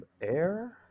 air